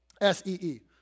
S-E-E